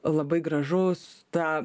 labai gražus tą